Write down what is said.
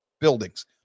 buildings